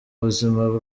buzima